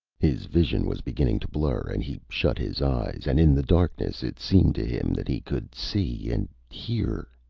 his vision was beginning to blur, and he shut his eyes, and in the darkness it seemed to him that he could see and hear.